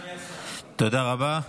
תודה רבה.